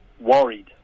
worried